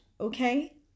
okay